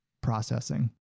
processing